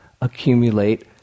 accumulate